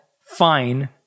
fine